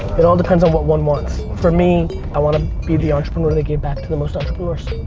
it all depends on what one wants. for me, i wanna be the entrepreneur that gave back to the most entrepreneurs,